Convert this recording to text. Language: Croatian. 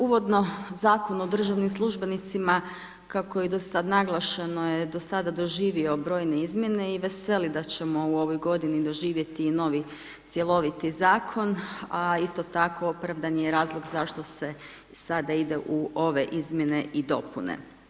Uvodno, Zakon o državnim službenicima, kako je i do sad naglašeno je do sada doživio brojne izmjene i veseli da ćemo u ovoj godini doživjeti i novi cjeloviti Zakon, a isto tako opravdan je razlog zašto se sada ide u ove izmjene i dopune.